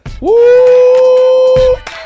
Woo